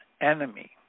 Enemy